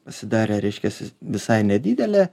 pasidarė reiškias visai nedidelė